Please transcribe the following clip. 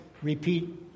Repeat